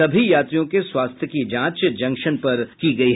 सभी यात्रियों के स्वास्थ्य की जांच जंक्शन पर की गयी